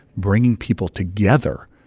bringing people together,